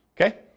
okay